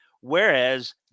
Whereas